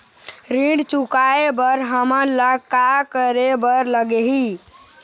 ऋण चुकाए बर हमन ला का करे बर लगही?